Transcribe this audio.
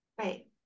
Right